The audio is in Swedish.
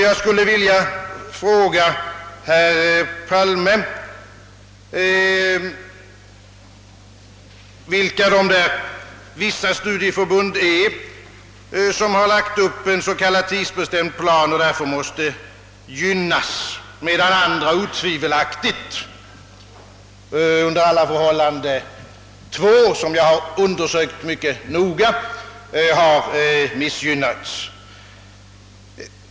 Jag skulle vilja fråga herr Palme vilka de studieförbund är som har lagt upp en s.k. tidsbestämd plan och därför måste gynnas, medan andra otvivelakligt — i varje fall två, som jag har undersökt mycket noga — har missgynnats.